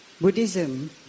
Buddhism